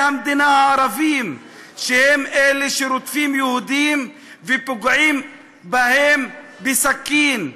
המדינה הערבים הם שרודפים יהודים ופוגעים בהם בסכין?